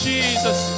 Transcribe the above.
Jesus